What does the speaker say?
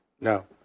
No